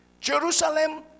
Jerusalem